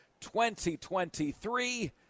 2023